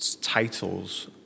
titles